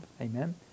Amen